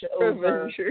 over